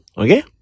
okay